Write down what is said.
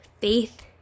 faith